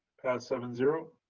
seven zero.